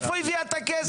מאיפה היא הביאה את הכסף?